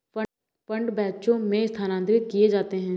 fund बैचों में स्थानांतरित किए जाते हैं